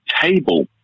table